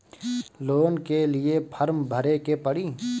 Loan के लिए form भरे के पड़ी?